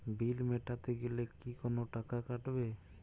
বিল মেটাতে গেলে কি কোনো টাকা কাটাবে?